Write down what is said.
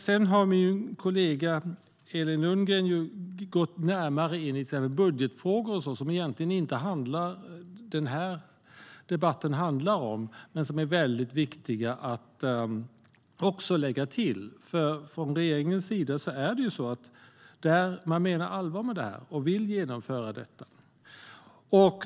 Sedan har min kollega Elin Lundgren gått närmare in på till exempel budgetfrågor, som den här debatten egentligen inte handlar om men som är väldigt viktiga att lägga till. Från regeringens sida menar man ju allvar med det här och vill genomföra det.